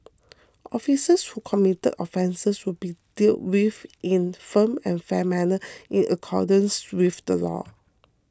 officers who commit offences will be dealt with in a firm and fair manner in accordance with the law